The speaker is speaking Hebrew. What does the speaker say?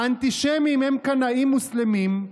האנטישמים הם קנאים מוסלמים,